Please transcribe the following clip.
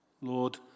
Lord